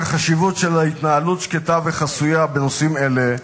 החשיבות של התנהלות שקטה וחסויה בנושאים אלה,